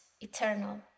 eternal